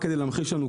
רק כדי להמחיש לנו.